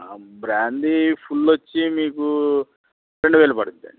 ఆ brandy full వచ్చి మీకు రెండు వేలు పడుద్దండి